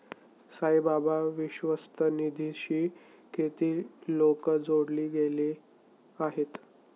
साईबाबा विश्वस्त निधीशी किती लोक जोडले गेले आहेत?